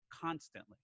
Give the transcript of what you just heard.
constantly